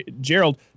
Gerald